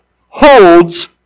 holds